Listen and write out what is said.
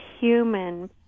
human